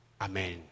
Amen